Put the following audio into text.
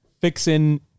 fixing